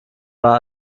war